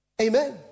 Amen